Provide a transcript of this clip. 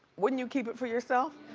wouldn't you keep it for yourself?